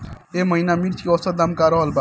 एह महीना मिर्चा के औसत दाम का रहल बा?